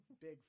big